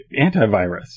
antivirus